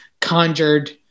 conjured